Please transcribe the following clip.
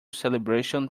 celebration